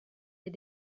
des